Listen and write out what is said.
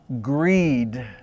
greed